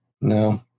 No